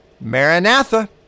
Maranatha